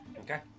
Okay